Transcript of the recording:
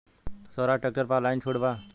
सोहराज tractor पर online छूट बा का?